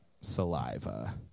saliva